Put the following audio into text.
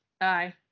Aye